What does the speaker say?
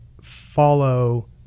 follow